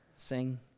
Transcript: Sing